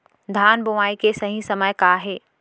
धान बोआई के सही समय का हे?